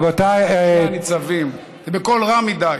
רבותיי, הם בקול רם מדי.